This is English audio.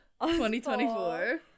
2024